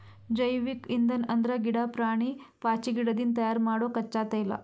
ಜೈವಿಕ್ ಇಂಧನ್ ಅಂದ್ರ ಗಿಡಾ, ಪ್ರಾಣಿ, ಪಾಚಿಗಿಡದಿಂದ್ ತಯಾರ್ ಮಾಡೊ ಕಚ್ಚಾ ತೈಲ